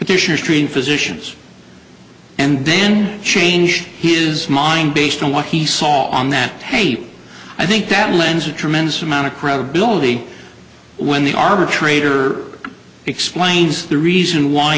petitioners treating physicians and then change his mind based on what he saw on that tape i think that lends a tremendous amount of credibility when the arbitrator explains the reason why